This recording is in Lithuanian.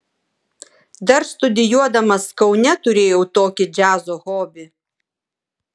dar studijuodamas kaune turėjau tokį džiazo hobį